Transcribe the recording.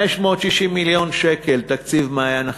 560 מיליון שקל תקציב "מעיין החינוך",